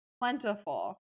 plentiful